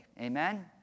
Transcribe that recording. Amen